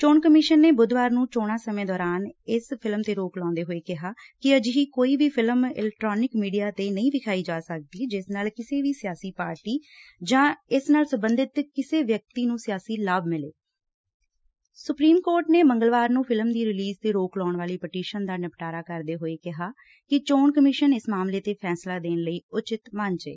ਚੋਣ ਕਮਿਸ਼ਨ ਨੇ ਬੁੱਧਵਾਰ ਨੂੰ ਚੋਣਾਂ ਸਮੇਂ ਦੌਰਾਨ ਇਸ ਫਿਲਮ ਤੇ ਰੋਕ ਲਾਉਂਦੇ ਹੋਏ ਕਿਹਾ ਕਿ ਅਜਿਹੀ ਕੋਈ ਵੀ ਫਿਲਮ ਇਲਕੈਟ੍ਾਨਿਕ ਮੀਡੀਆ ਤੇ ਨਹੀਂ ਵਿਖਾਈ ਜਾ ਸਕਦੀ ਜਿਸ ਨਾਲ ਕਿਸੇ ਵੀ ਸਿਆਸੀ ਪਾਰਟੀ ਜਾਂ ਇਸ ਨਾਲ ਸਬੰਧਤ ਕਿਸੇ ਵਿਅਕਤੀ ਨੂੰ ਸਿਆਸੀ ਲਾਭ ਮਿਲੇ ਸੁਪਰੀਮ ਕੋਰਟ ਨੇ ਮੰਗਲਵਾਰ ਨੂੰ ਫਿਲਮ ਦੀ ਰਿਲੀਜ਼ ਤੇ ਰੋਕ ਲਾਉਣ ਵਾਲੀ ਪਟੀਸ਼ਨ ਦਾ ਨਿਪਟਾਰਾ ਕਰਦੇ ਹੋਏ ਕਿਹਾ ਕਿ ਚੋਣ ਕਮਿਸ਼ਨ ਇਸ ਮਾਮਲੇ ਤੇ ਫੈਸਲਾ ਦੇਣ ਲਈ ਉਚਿਤ ਮੰਚ ਏ